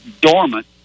dormant